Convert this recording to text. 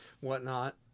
whatnot